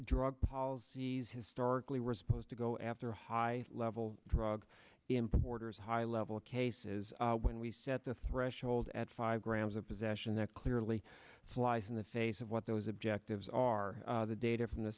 drug policies historically were supposed to go after high level drug importers high level cases when we set the threshold at five grams of possession that clearly flies in the face of what those objectives are the data